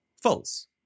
false